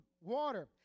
water